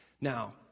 Now